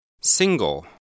Single